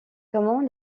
comment